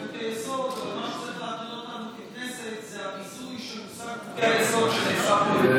שצריך להטריד אותנו ככנסת זה הביזוי שהושג בחוקי-היסוד שנעשה כאן,